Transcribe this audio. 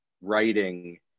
writing